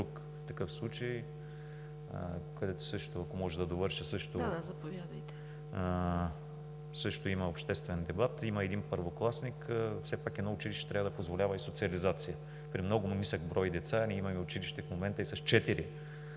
такъв случай, където също има обществен дебат, има един първокласник. Все пак едно училище трябва да позволява и социализация. При много нисък брой деца, а ние имаме училище в момента и с